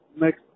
next